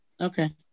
Okay